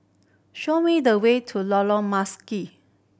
show me the way to Lorong Marzuki